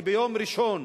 שביום ראשון